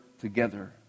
together